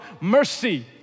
mercy